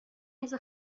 میز